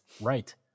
Right